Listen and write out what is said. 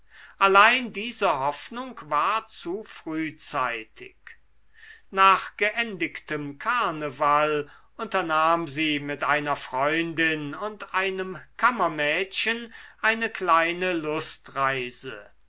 allein diese hoffnung war zu frühzeitig nach geendigtem karneval unternahm sie mit einer freundin und einem kammermädchen eine kleine lustreise